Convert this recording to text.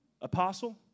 Apostle